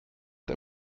der